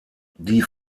die